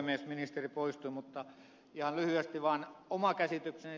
ministeri poistui mutta ihan lyhyesti vaan oma käsitykseni